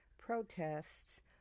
protests